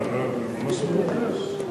אני ממש מתרגש.